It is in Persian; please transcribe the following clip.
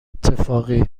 اتفاقی